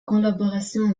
collaboration